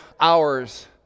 hours